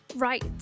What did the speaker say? Right